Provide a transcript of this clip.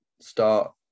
start